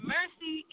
Mercy